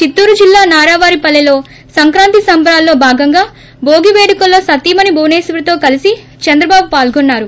చిత్తూరు జిల్లా నారావారి పల్లె లో సంక్రాంతి సంబరాల్లో భాగంగా టోగి వేడుకుల్లో సతీమణి భువనేశ్వరితో కలిసి చంద్రబాబు పాల్గొన్నారు